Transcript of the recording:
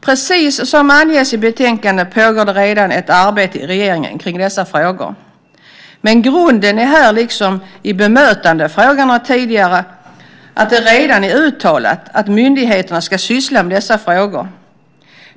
Precis som anges i betänkandet pågår det redan ett arbete i regeringen kring dessa frågor. Men grunden är här, liksom i bemötandefrågorna tidigare, att det redan är uttalat att myndigheterna ska syssla med dessa frågor.